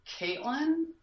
Caitlin